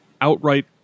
outright